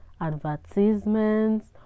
advertisements